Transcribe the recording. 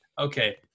okay